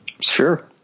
Sure